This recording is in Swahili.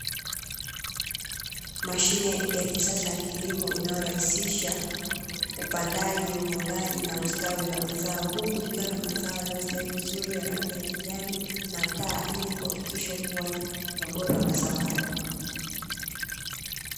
Mashine ya kisasa ya kilimo inayorahisisha upandaji, uvunaji na ustawi wa mazao, huku ikiwa na mazao yaliyostawi vizuri ya rangi ya kijani na taa, ili kuhakikisha ukuaji na ubora wa mazao hayo.